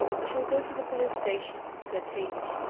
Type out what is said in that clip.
i shall go to the police-station, said hamish.